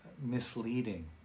misleading